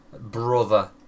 brother